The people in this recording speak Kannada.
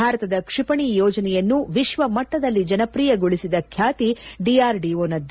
ಭಾರತದ ಕ್ಷಿಪಣಿ ಯೋಜನೆಯನ್ನು ವಿಶ್ವಮಟ್ಟದಲ್ಲಿ ಜನಪ್ರಿಯಗೊಳಿಸಿದ ಖ್ಯಾತಿ ಡಿಆರ್ಡಿಒನದು